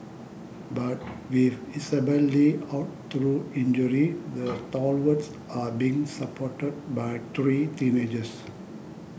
but with Isabelle Li out through injury the stalwarts are being supported by three teenagers